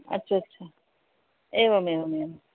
अच्च अच्छा एवमेवमेवम्